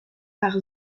par